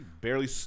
Barely